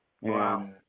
Wow